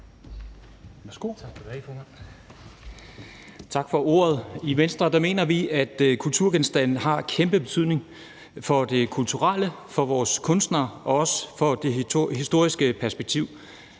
Tak for ordet. I Venstre mener vi, at kulturgenstande har kæmpe betydning for det kulturelle, for vores kunstnere og også for det historiske perspektiv,